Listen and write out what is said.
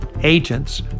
agents